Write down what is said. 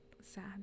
sad